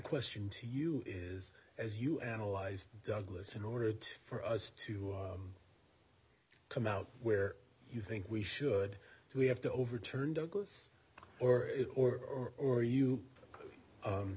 question to you is as you analyze douglas in order to for us to come out where you think we should we have to overturn douglas or is or or you